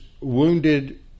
wounded